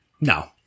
No